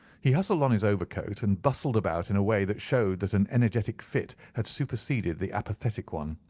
he hustled on his overcoat, and bustled about in a way that showed that an energetic fit had superseded the apathetic one.